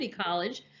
College